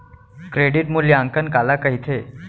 Credit मूल्यांकन काला कहिथे?